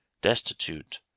destitute